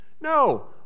No